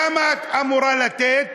כמה את אמורה לתת,